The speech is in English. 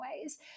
ways